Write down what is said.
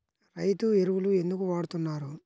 రైతు ఎరువులు ఎందుకు వాడుతున్నారు?